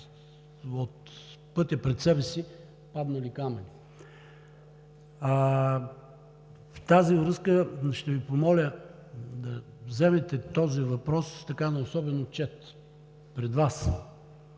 от пътя пред себе си падналите камъни. В тази връзка ще Ви помоля да вземете този въпрос на особен отчет пред Вас.